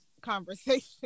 conversation